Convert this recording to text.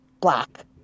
Black